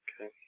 okay